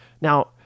Now